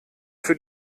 für